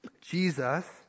Jesus